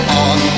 on